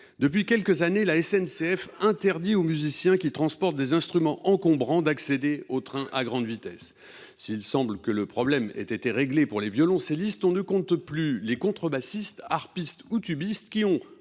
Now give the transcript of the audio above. depuis quelques années, la SNCF interdit aux musiciens qui transportent des instruments encombrants d’accéder aux TGV. S’il semble que le problème ait été réglé pour les violoncellistes, on ne compte plus les contrebassistes, harpistes ou tubistes qui,